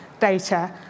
data